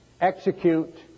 execute